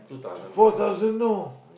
four thousand know